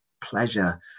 pleasure